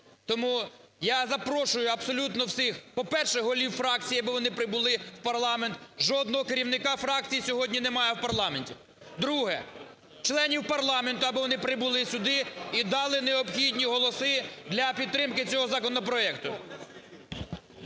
Тому я запрошую абсолютно всіх, по-перше, голів фракцій, аби вони прибули в парламент. Жодного керівника фракції сьогодні немає в парламенті. Друге. Членів парламенту, аби вони прибули сюди і дали необхідні голоси для підтримки цього законопроекту.